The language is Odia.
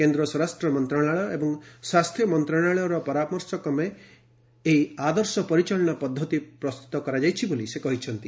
କେନ୍ଦ୍ର ସ୍ୱରାଷ୍ଟ୍ର ମନ୍ତ୍ରଣାଳୟ ଏବଂ ସ୍ୱାସ୍ଥ୍ୟ ମନ୍ତ୍ରଣାଳୟର ପରାମର୍ଶ କ୍ରମେ ଏହି ଆଦର୍ଶ ପରିଚାଳନା ପଦ୍ଧତି ପ୍ରସ୍ତୁତ କରାଯାଇଛି ବୋଲି ସେ କହିଛନ୍ତି